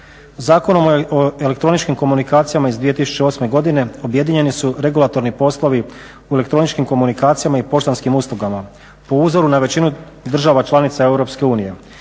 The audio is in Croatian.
Zakonom o elektroničkim komunikacijama iz 2008. godine objedinjeni su regulatorni poslovi u elektroničkim komunikacijama i poštanskim uslugama po uzoru na većinu država članica